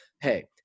hey